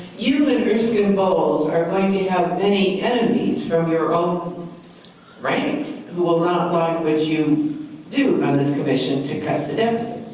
you and erskine bowles are going to have many enemies from your own ranks who will not like what you do on this commission to cut the deficit.